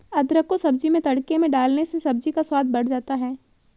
अदरक को सब्जी में तड़के में डालने से सब्जी का स्वाद बढ़ जाता है